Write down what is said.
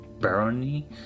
Barony